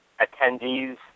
attendees